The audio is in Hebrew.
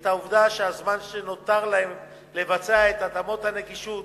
את העובדה שהזמן שנותר להם לבצע את התאמות הנגישות